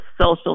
social